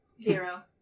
Zero